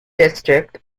district